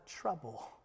trouble